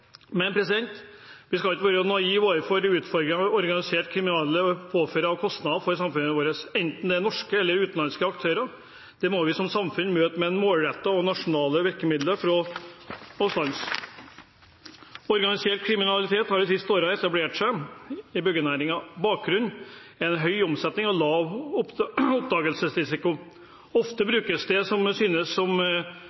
Men vi skal ikke være naive overfor de utfordringer organiserte kriminelle påfører av kostnader for samfunnet vårt, enten de er norske eller utenlandske aktører. Det må vi som samfunn møte med målrettede og nasjonale virkemidler for å stanse. Organisert kriminalitet har de siste årene etablert seg i byggenæringen. Bakgrunnen er høy omsetning og lav oppdagelsesrisiko. Ofte